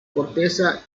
corteza